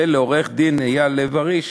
ולעורך-הדין אייל לב-ארי,